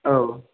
औ